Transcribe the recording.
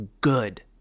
good